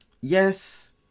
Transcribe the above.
Yes